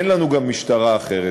אין לנו גם משטרה אחרת,